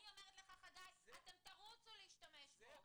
אני אומרת לך חגי שאתם תרוצו להשתמש בו.